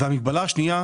המגבלה השנייה,